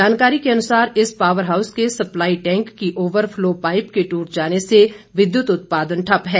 जानकारी के अनुसार इस पावर हाऊस के सप्लाई टैंक की ओवर फ़्लो पाईप के टूट जाने से विद्युत उत्पादन ठप्प है